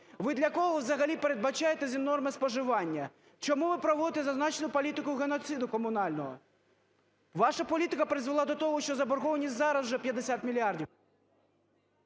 Ви для кого взагалі передбачаєте ці норми споживання? Чому ви проводите зазначену політику геноциду комунального? Ваша політика призвела до того, що заборгованість зараз вже 50 мільярдів...